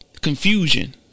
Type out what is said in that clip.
confusion